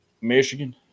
Michigan